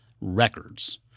records